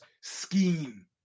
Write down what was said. scheme